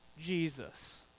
Jesus